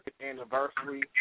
anniversary